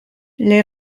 les